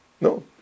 No